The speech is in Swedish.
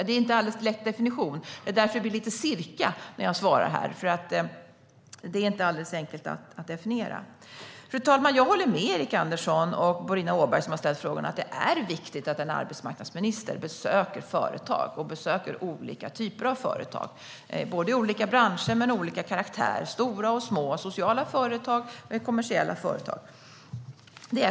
Det är inte alldeles lätt att definiera det, och därför svarar jag med "cirka". Fru talman! Jag håller med Erik Andersson och Boriana Åberg om att det är viktigt att en arbetsmarknadsminister besöker olika typer av företag. Det gäller både företag i olika branscher och företag av olika karaktär - stora och små, sociala företag och kommersiella företag.